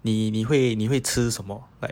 你你会你会吃什么 like